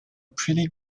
pretty